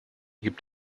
gibt